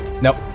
nope